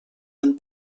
han